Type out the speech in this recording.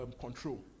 Control